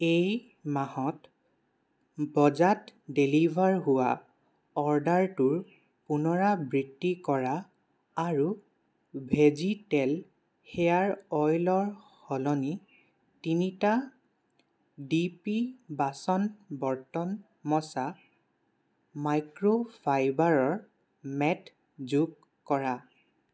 এই মাহত বজাত ডেলিভাৰ হোৱা অৰ্ডাৰটোৰ পুনৰাবৃত্তি কৰা আৰু ভেজীতেল হেয়াৰৱেলৰ সলনি তিনিটা ডিপি বাচন বৰ্তন মচা মাইক্ৰ'ফাইবাৰৰ মেট যোগ কৰা